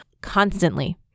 constantly